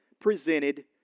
presented